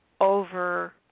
over